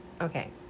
Okay